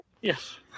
Yes